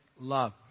love